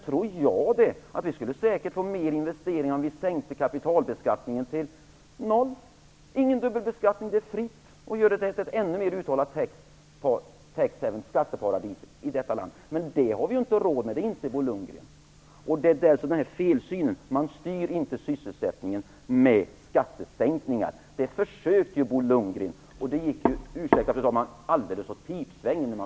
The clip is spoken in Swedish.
Tror jag det, att vi säkert skulle få mer investeringar om vi sänkte kapitalbeskattningen till noll! Ingen dubbelskattning alls, det är fritt och ett ännu mer uttalat skatteparadis i detta land. Men det har vi råd med, och det inser Bo Lundgren. Det är detta som är felsynen. Man styr inte sysselsättningen med skattesänkningar. Det försökte Bo Lundgren med senast, och det gick - ursäkta fru talman - alldeles åt pipsvängen.